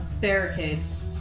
Barricades